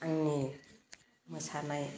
आंनि मोसानाय